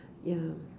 ya